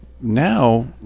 now